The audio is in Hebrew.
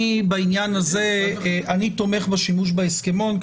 בעניין הזה אני תומך בשימוש בהסכמון,